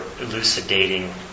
elucidating